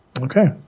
okay